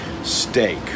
steak